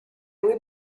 muy